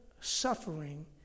suffering